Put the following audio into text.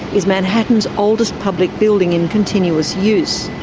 is manhattan's oldest public building in continuous use.